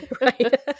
Right